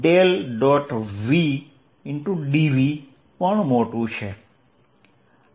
v dv પણ મોટું છે